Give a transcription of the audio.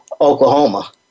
Oklahoma